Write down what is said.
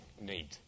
need